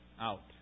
out